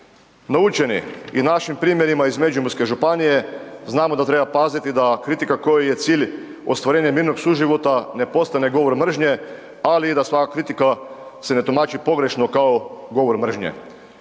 Naučeni i našim primjerima iz Međimurske županije, znamo da treba paziti da kritika kojoj je cilj ostvarenje mirnog suživota ne postane govor mržnje ali i da svaka kritika se ne tumači pogrešno kao govor mržnje.